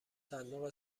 صندوق